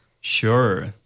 Sure